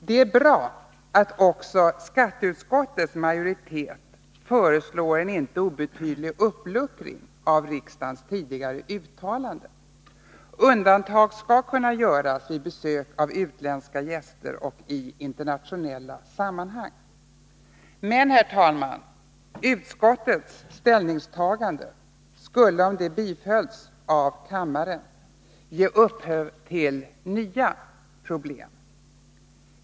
Det är bra att också skatteutskottets majoritet föreslår en inte 123 obetydlig uppluckring av riksdagens tidigare uttalande. Undantag skall kunna göras vid besök av utländska gäster och i internationella sammanhang. Men, herr talman, skatteutskottets ställningstagande skulle ge upphov till nya problem, om det bifölls av riksdagen.